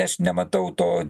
aš nematau to